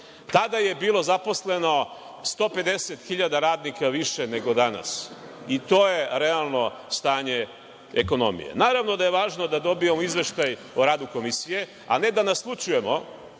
Tada je bilo zaposleno 150 hiljada radnika više nego danas i to je realno stanje ekonomije. Naravno da je važno da dobijemo izveštaj o radu komisije, a ne da naslućujemo